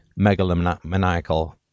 megalomaniacal